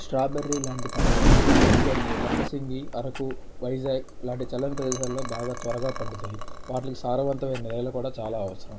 strawberry లాంటి పళ్ళు కొన్ని కొన్ని లంబసింగి అరకు వైజాగ్ లాంటి చల్లని ప్రదేశాల్లో బాగా త్వరగా పండుతాయి వాటికి సారవంతమైన నేల కూడా చాలా అవసరం